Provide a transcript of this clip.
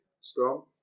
strong